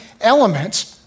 elements